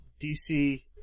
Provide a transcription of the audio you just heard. DC